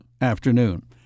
afternoon